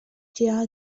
дьиэҕэ